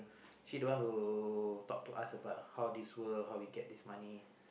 she don't want who talk to us how this work how we get this money